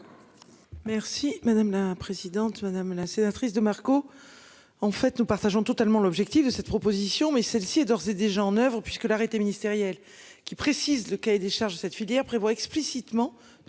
Merci madame la présidente, madame la sénatrice de. En fait nous partageons totalement l'objectif de cette proposition, mais celle-ci est d'ores et déjà en Oeuvres puisque l'arrêté ministériel qui précise le cahier des charges de cette filière prévoit explicitement de